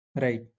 Right